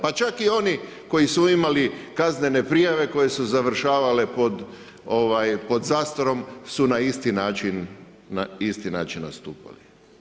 Pa čak i oni koji su imali kaznene prijave koje su završavale pod zastorom su na isti način nastupali.